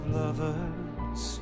lovers